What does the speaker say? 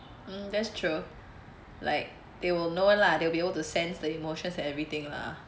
mm that's true like they will know lah they'll be able to sense the emotions and everything lah